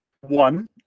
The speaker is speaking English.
one